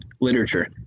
literature